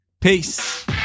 Peace